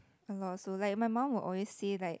a lot also like my mom will always say like